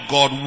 God